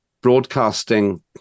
broadcasting